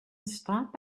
stop